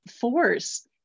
force